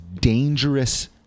dangerous